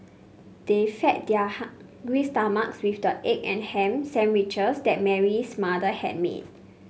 they fed their hungry stomachs with the egg and ham sandwiches that Mary's mother had made